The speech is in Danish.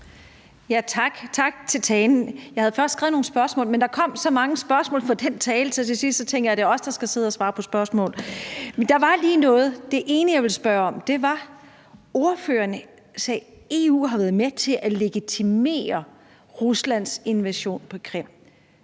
Tak. Tak for talen. Jeg havde først skrevet nogle spørgsmål, men der kom så mange spørgsmål i den tale, at jeg til sidst tænkte, om det er os, der skal sidde og svare på spørgsmål, men der var lige noget. Det ene, jeg vil spørge om, er det, som ordføreren sagde, om, at EU har været med til at legitimere Ruslands invasion på Krim,